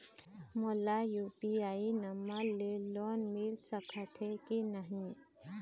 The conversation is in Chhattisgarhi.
मोला यू.पी.आई नंबर ले लोन मिल सकथे कि नहीं?